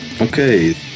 okay